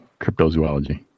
cryptozoology